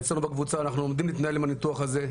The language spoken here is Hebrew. אצלנו בקבוצה אנחנו לומדים להתנהל עם הניתוח הזה,